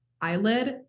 eyelid